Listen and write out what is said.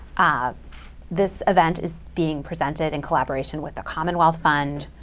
ah this event is being presented in collaboration with the commonwealth fund.